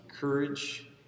courage